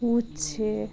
উচ্ছে